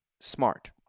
Smart